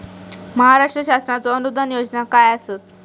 महाराष्ट्र शासनाचो अनुदान योजना काय आसत?